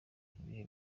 ibihe